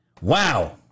Wow